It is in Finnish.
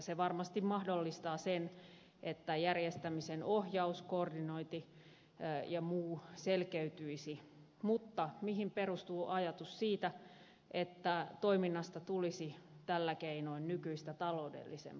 se varmasti mahdollistaa sen että järjestämisen ohjaus koordinointi ja muu selkeytyisi mutta mihin perustuu ajatus siitä että toiminnasta tulisi tällä keinoin nykyistä taloudellisempaa